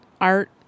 art